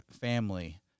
family